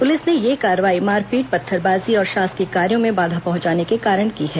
police ने यह कार्रवाई मारपीट पत्थरबाजी और शासकीय कार्यों में बाधा पहुंचाने के कारण की है